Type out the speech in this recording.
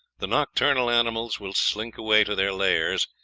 the nocturnal animals will slink away to their lairs,